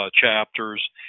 chapters